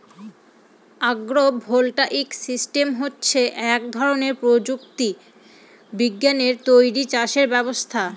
আগ্র voltaic system হচ্ছে এক ধরনের প্রযুক্তি বিজ্ঞানে তৈরী চাষের ব্যবস্থা